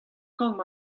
gant